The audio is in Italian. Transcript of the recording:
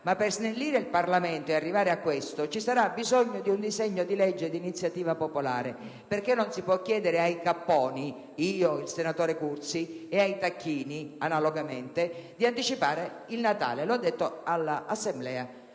ma per snellire il Parlamento e arrivare a questo, ci sarà bisogno di un disegno di legge d'iniziativa popolare, perché non si può chiedere ai capponi» - quindi io e lei, senatore Cursi - «e ai tacchini» - analogamente - «di anticipare il Natale». L'ha detto all'Assemblea